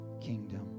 kingdom